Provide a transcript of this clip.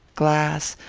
glass,